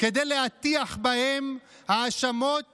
כדי להטיח בהם האשמות